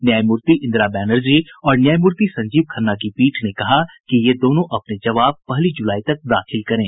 न्यायमूर्ति इंदिरा बैनर्जी और न्यायमूर्ति संजीव खन्ना की पीठ ने कहा है कि ये दोनों अपने जवाब पहली जुलाई तक दाखिल करें